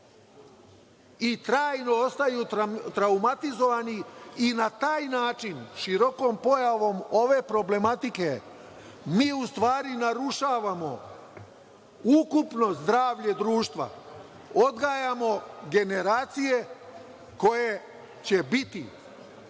i trajno ostaju traumatizovana i na taj način, širokom pojavom ove problematike, mi u stvari narušavamo ukupno zdravlje društva. Odgajamo generacije koje će biti